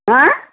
हा